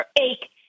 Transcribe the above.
ache